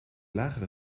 lagere